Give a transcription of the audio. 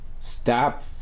stop